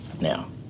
now